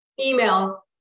Email